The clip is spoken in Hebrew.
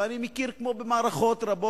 כבר אני מבטיח לך שאם תרגיש שאתה צריך זמן נוסף,